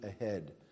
ahead